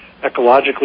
ecologically